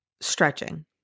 stretching